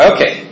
Okay